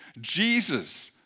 Jesus